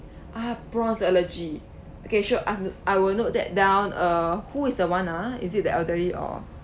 ah prawns allergy okay sure I I will note that down uh who is the one ah is it the elderly or